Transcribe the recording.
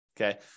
okay